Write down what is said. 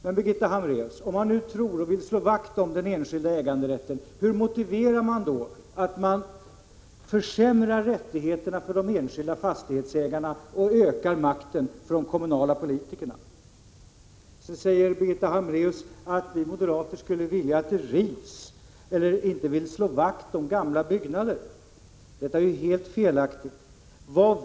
Men, Birgitta Hambraeus, om man nu tror på och vill slå vakt om den enskilda äganderätten, hur motiveras då försämrade rättigheter för de enskilda fastighetsägarna och ökad makt för de kommunala politikerna? Birgitta Hambraeus säger också att vi moderater inte vill slå vakt om gamla byggnader, att vi skulle vilja att de rivs. Detta är ju helt felaktigt.